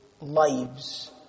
lives